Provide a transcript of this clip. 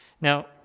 Now